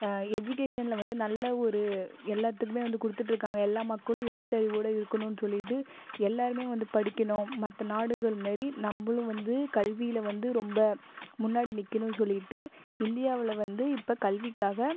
எஜிகேஷனில் வந்து நல்ல ஒரு எல்லாத்துக்குமே வந்து கொடுத்துட்டுருக்காங்க எல்லா மக்களும் எழுத்தறிவோட இருக்கணும்னு சொல்லிவிட்டு எல்லாருமே வந்து படிக்கணும் மற்ற நாடுகள் மாரி நம்பளும் வந்து கல்வியில வந்து ரொம்ப முன்னாடி நிற்கணும் சொல்லிவிட்டு இந்தியாவில் வந்து இப்போ கல்விக்காக